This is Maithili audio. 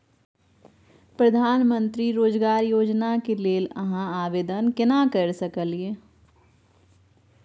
प्रधानमंत्री रोजगार योजना के लेल हम आवेदन केना कर सकलियै?